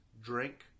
drink